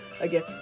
Again